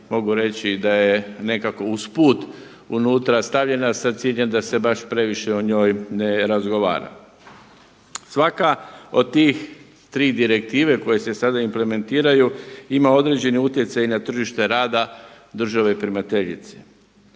mogu reći da je nekako usput unutra stavljena sa ciljem da se baš previše o njoj ne razgovara. Svaka od tih tri direktive koje se sada implementiraju ima određeni utjecaj i na tržište rada države primateljice.